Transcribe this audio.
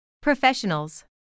Professionals